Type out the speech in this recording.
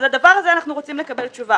אז לדבר הזה אנחנו רוצים לקבל תשובה.